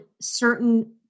certain